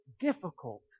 difficult